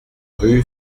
rue